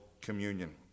communion